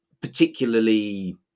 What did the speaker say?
particularly